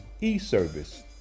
e-service